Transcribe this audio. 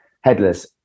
headless